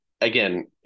again